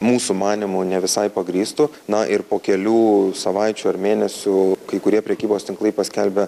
mūsų manymu ne visai pagrįstu na ir po kelių savaičių ar mėnesių kai kurie prekybos tinklai paskelbė